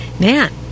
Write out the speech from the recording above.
man